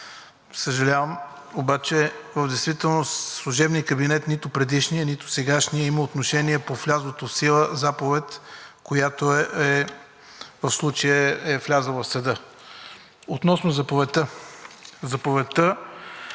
Съжалявам, обаче в действителност служебният кабинет – нито предишният, нито сегашният, има отношение по влязлата в сила заповед, която в случая е влязла в съда. Относно заповедта.